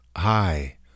Hi